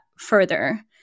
further